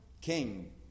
King